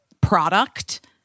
product